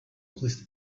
police